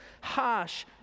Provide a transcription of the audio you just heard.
harsh